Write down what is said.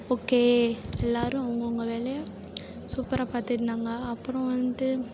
okay எல்லோரும் அவுங்கவங்க வேலையை சூப்பராக பார்த்துட்ருந்தாங்க அப்புறம் வந்துட்டு